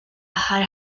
aħħar